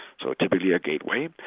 so typically a gateway,